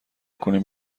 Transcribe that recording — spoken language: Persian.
کنیم